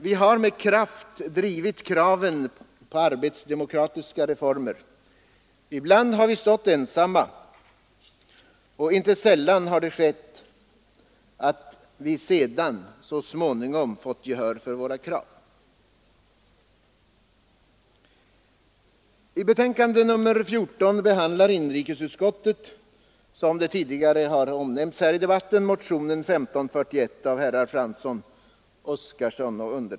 Vi har med kraft drivit kraven på arbetsdemokratiska reformer — ibland har vi stått ensamma — och inte sällan har vi så småningom fått gehör för våra krav. I betänkande nr 14 behandlar inrikesutskottet, som det tidigare har omnämnts i debatten, bl.a. motionen 1541 av herr Fransson, herr Oskarson och mig.